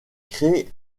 créé